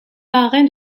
parrain